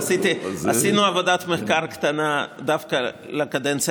עשינו עבודת מחקר קטנה דווקא לקדנציה